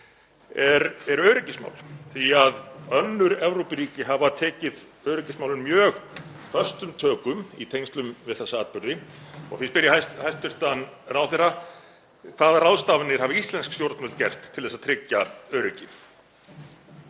eru öryggismál því að önnur Evrópuríki hafa tekið öryggismálin mjög föstum tökum í tengslum við þessa atburði. Því spyr ég hæstv. ráðherra: Hvaða ráðstafanir hafa íslensk stjórnvöld gert til að tryggja öryggi?